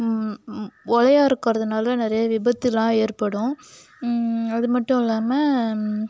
ஒலையா இருக்கிறதுனால நிறைய விபத்தெலாம் ஏற்படும் அது மட்டும் இல்லாமல்